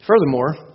Furthermore